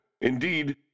Indeed